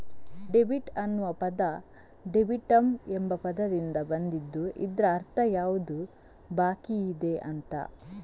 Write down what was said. debit ಅನ್ನುವ ಪದ ಡೆಬಿಟಮ್ ಎಂಬ ಪದದಿಂದ ಬಂದಿದ್ದು ಇದ್ರ ಅರ್ಥ ಯಾವುದು ಬಾಕಿಯಿದೆ ಅಂತ